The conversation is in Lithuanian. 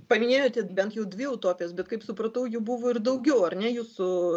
paminėjote bent dvi utopijas bet kaip supratau jų buvo ir daugiau ar ne jūsų